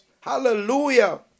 Hallelujah